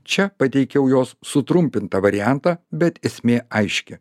čia pateikiau jos sutrumpintą variantą bet esmė aiški